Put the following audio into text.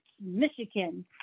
Michigan